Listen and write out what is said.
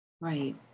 Right